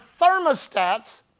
thermostats